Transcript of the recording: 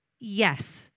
Yes